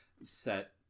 set